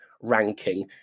ranking